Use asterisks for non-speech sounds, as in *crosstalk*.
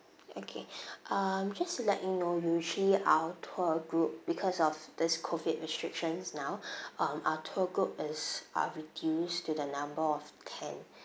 okay *breath* um just to let you know usually our tour group because of this COVID restrictions now *breath* um our tour group is ah reduced to the number of ten